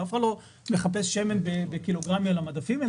אף אחד לא מחפש שמן בקילוגרמים על המדפים,